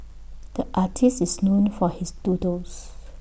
the artist is known for his doodles